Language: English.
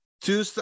Two